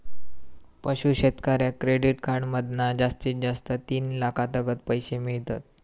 पशू शेतकऱ्याक credit card मधना जास्तीत जास्त तीन लाखातागत पैशे मिळतत